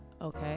okay